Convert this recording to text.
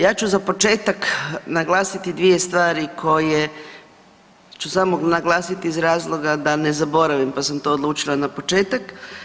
Ja ću za početak naglasiti dvije stvari koje ću samo naglasit iz razloga da ne zaboravim, pa sam to odlučila na početak.